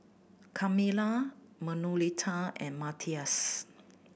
Carmella Manuelita and Matthias